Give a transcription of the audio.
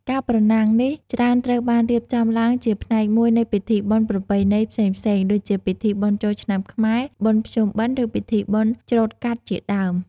ការប្រណាំងនេះច្រើនត្រូវបានរៀបចំឡើងជាផ្នែកមួយនៃពិធីបុណ្យប្រពៃណីផ្សេងៗ ដូចជាពិធីបុណ្យចូលឆ្នាំខ្មែរ បុណ្យភ្ជុំបិណ្ឌ ឬពិធីបុណ្យច្រូតកាត់ជាដើម។